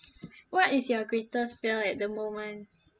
what is your greatest fear at the moment